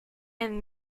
and